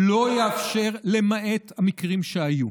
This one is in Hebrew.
החוק לא יאפשר, למעט המקרים שהיו,